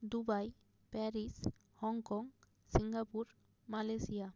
Dubai Paris Hong Kong Singapore Malaysia